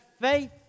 faith